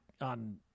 on